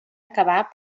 acabar